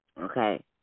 Okay